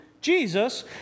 Jesus